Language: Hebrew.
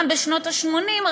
גם בשנות ה-80,